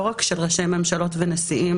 לא רק של ראשי ממשלות ונשיאים